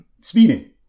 Speeding